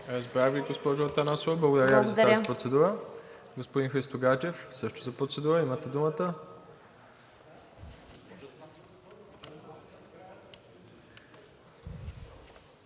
Благодаря Ви за тази процедура. Господин Христо Гаджев също за процедура. Имате думата.